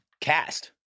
cast